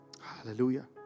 Hallelujah